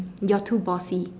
you're too bossy